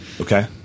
Okay